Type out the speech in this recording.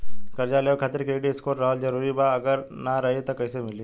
कर्जा लेवे खातिर क्रेडिट स्कोर रहल जरूरी बा अगर ना रही त कैसे मिली?